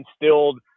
instilled